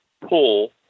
pull